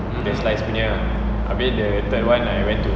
the slice punya ah abeh the third one I went to